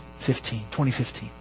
2015